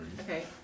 Okay